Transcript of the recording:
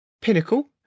Pinnacle